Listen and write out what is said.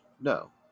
No